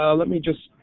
ah let me just.